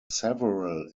several